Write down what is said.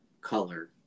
color